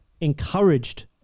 encouraged